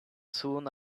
soon